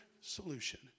solution